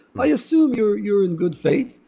i assume you're you're in good faith,